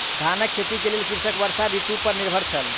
धानक खेती के लेल कृषक वर्षा ऋतू पर निर्भर छल